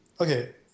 okay